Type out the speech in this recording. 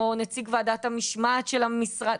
או נציגת ועדת המשמעת של המשרד,